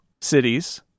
cities